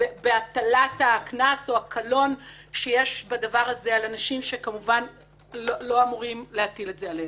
בהטלת הקנס או הקלון על אנשים שכמובן לא אמורים להטיל את זה עליהם.